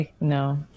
no